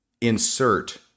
insert